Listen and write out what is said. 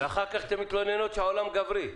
ואחר כך אתן מתלוננות שהעולם גברי.